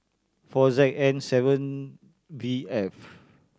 four Z N seven V F